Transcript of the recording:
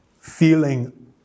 feeling